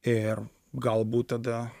ir galbūt tada